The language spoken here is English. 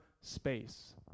space